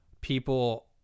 people